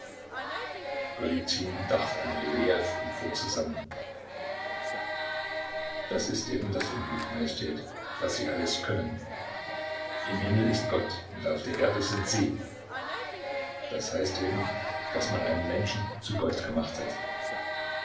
dachte an rylejew und fuhr zusammen das ist eben das unglück majestät daß sie alles können im himmel ist gott und auf der erde sind sie das heißt eben daß man einen menschen zu gott gemacht hat